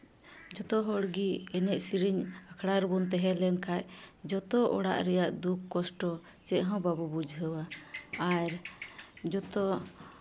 ᱡᱚᱛᱚ ᱦᱚᱲ ᱜᱮ ᱮᱱᱮᱡ ᱥᱮᱨᱮᱧ ᱟᱠᱷᱲᱟ ᱨᱮᱵᱚᱱ ᱛᱟᱦᱮᱸ ᱞᱮᱱᱠᱷᱟᱱ ᱡᱚᱛᱚ ᱚᱲᱟᱜ ᱨᱮᱭᱟᱜ ᱫᱩᱠ ᱠᱚᱥᱴᱚ ᱪᱮᱫ ᱦᱚᱸ ᱵᱟᱵᱚᱱ ᱵᱩᱡᱷᱟᱹᱣᱟ ᱟᱨ ᱡᱚᱛᱚᱣᱟᱜ